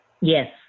Yes